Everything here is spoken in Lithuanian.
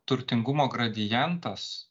turtingumo gradientas